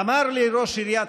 אמר לי ראש עיריית